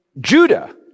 Judah